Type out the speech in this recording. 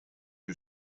who